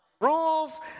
rules